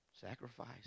sacrifice